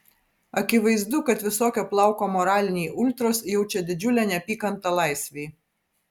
akivaizdu kad visokio plauko moraliniai ultros jaučia didžiulę neapykantą laisvei